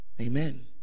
Amen